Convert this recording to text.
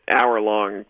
hour-long